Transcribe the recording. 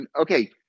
okay